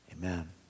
Amen